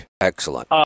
excellent